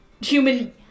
human